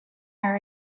her